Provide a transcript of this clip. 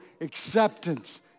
acceptance